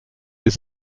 les